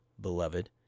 beloved